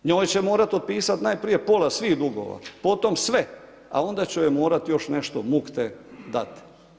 Njoj će morat otpisat najprije pola svih dugova, potom sve, a onda će joj morati još nešto mukte dati.